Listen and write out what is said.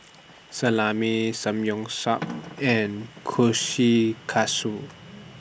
Salami Samgyeopsal and Kushikatsu